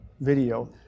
video